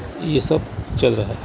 یہ سب چل رہا ہے